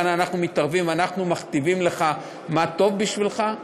כאן אנחנו מתערבים ואנחנו מכתיבים מה טוב בשבילך?